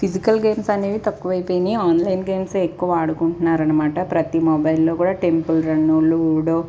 physical games అనేవి తక్కువ అపోయినాయి ఆన్లైన్ గేమ్సే ఎక్కువ ఆడుకుంటున్నారు అనమాట ప్రతి మొబైల్లో కూడా టెంపుల్రను లూడో